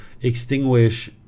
extinguish